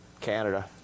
canada